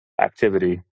activity